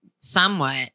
somewhat